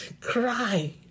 cry